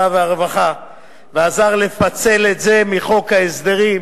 והרווחה ועזר לפצל את זה מחוק ההסדרים.